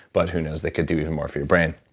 but who knows, they could do even more for your brain